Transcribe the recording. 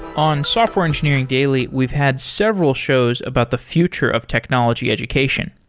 on software engineering daily, we've had several shows about the future of technology education.